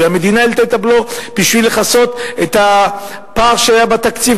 והמדינה העלתה את הבלו בשביל לכסות את הפער שהיה בתקציב,